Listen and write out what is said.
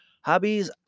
Hobbies